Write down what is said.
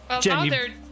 Jen